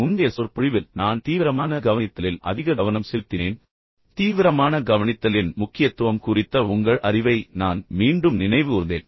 முந்தைய சொற்பொழிவில் நான் தீவிரமான கவனித்தலில் அதிக கவனம் செலுத்தினேன் தீவிரமான கவனித்தலின் முக்கியத்துவம் குறித்த உங்கள் அறிவை நான் மீண்டும் நினைவுகூர்ந்தேன்